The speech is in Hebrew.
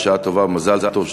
בשעה טובה ובמזל טוב,